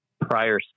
prior